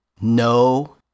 no